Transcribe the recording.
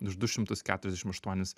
už du šimtus keturiasdešimt aštuonis